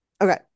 Okay